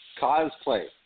Cosplay